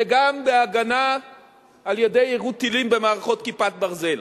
וגם בהגנה על-ידי יירוט טילים במערכות "כיפת ברזל".